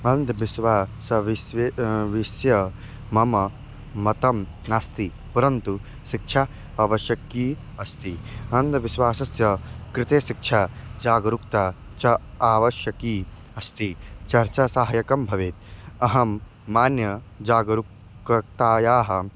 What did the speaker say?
अन्धविश्वासः विषये विषये मम मतं नास्ति परन्तु शिक्षा आवश्यकी अस्ति अन्धविश्वासस्य कृते शिक्षा जागरूकता च आवश्यकी अस्ति चर्चा सहायकं भवेत् अहं मन्ये जागरूकतायाः